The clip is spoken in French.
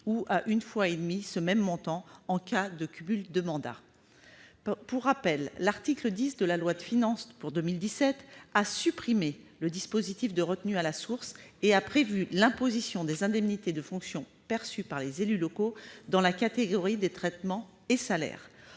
ou d'une fois et demie ce même montant en cas de cumul de mandats. Pour rappel, l'article 10 de la loi de finances pour 2017 a supprimé le dispositif de retenue à la source et a prévu l'imposition des indemnités de fonction perçues par les élus locaux au titre des traitements et salaires.